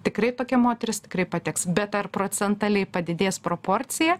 tikrai tokia moteris tikrai pateks bet ar procentaliai padidės proporcija